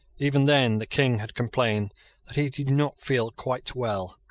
even then the king had complained that he did not feel quite well.